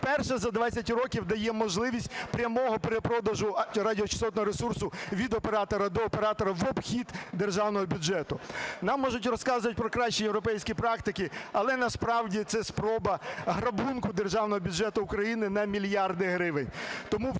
вперше за 20 років, дає можливість прямого перепродажу актів радіочастотного ресурсу від оператора до оператора, в обхід державного бюджету. Нам можуть розказувати про кращі європейські практики. Але, насправді, це спроба грабунку державного бюджету України на мільярди гривень.